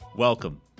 Welcome